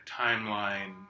timeline